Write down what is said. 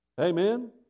Amen